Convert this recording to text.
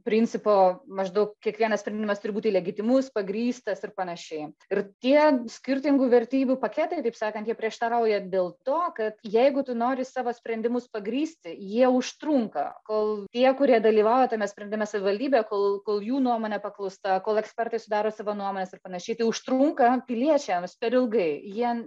principo maždaug kiekvienas sprendimas turi būti legitimus pagrįstas ir panašiai ir tie skirtingų vertybių paketai taip sakant jie prieštarauja dėl to kad jeigu tu nori savo sprendimus pagrįsti jie užtrunka kol tie kurie dalyvauja tame sprendime savivaldybė kol kol jų nuomonė paklausta kol ekspertai sudaro savo nuomones ir panašiai tai užtrunka piliečiams per ilgai jie